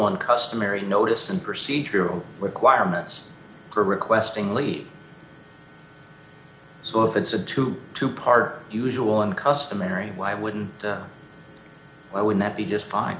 and customary notice and procedural requirements for requesting leave so if it's a two to par usual and customary why wouldn't i would that be just fine